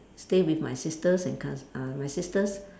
stay with my sisters and cous~ uh my sisters